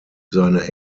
seine